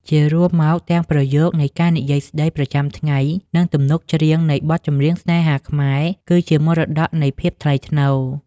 ជារួមមក ទាំងប្រយោគនៃការនិយាយស្តីប្រចាំថ្ងៃ និងទំនុកច្រៀងនៃបទចម្រៀងស្នេហាខ្មែរ គឺជាមរតកនៃ "ភាពថ្លៃថ្នូរ"។